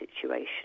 situation